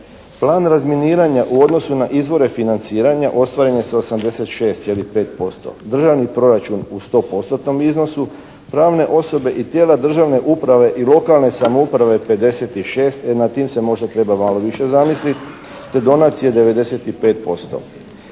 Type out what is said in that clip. Plan razminiranja u odnosu na izvore financiranja ostvaren je sa 86,5%. Državni proračun u 100%-tnom iznosu, pravne osobe i tijela državne uprave i lokalne samouprave 56, e nad tim se možda treba malo više zamisliti, te donacije 95%.